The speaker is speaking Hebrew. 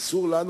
אסור לנו,